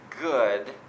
good